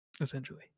essentially